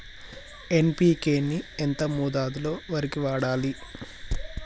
NPK ని ఎంత మోతాదులో వరికి వాడాలి?